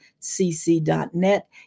cc.net